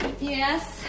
Yes